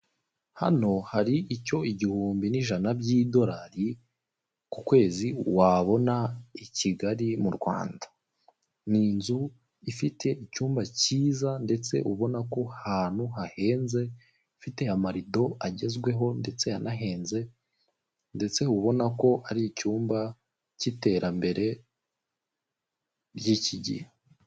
Hano hari icyo igihumbi n'ijana by'idorari ku kwezi wabona i Kigali, mu Rwanda. Ni inzu ifite icyumba cyiza, ndetse ubona ko hantu hahenze, ifite amarido agezweho ndetse anahenze, ndetse ubona ko ari icyumba cy'iterambere ry'iki gihe.